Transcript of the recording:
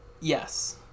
Yes